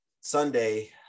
Sunday